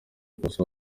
ikosa